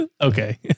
Okay